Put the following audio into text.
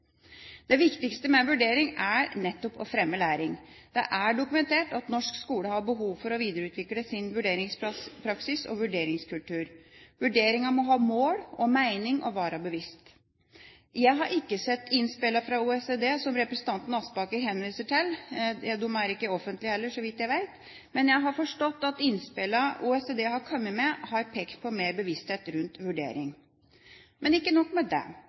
Det viktigste med vurdering er nettopp å fremme læring. Det er dokumentert at norsk skole har behov for å videreutvikle sin vurderingspraksis og vurderingskultur. Vurderingen må ha mål og mening og være bevisst. Jeg har ikke sett innspillene fra OECD som representanten Aspaker henviser til – de er ikke offentlige heller, så vidt jeg vet – men jeg har forstått at innspillene OECD har kommet med, har pekt på mer bevissthet rundt vurdering. Men ikke nok med det: